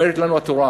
אומרת לנו התורה,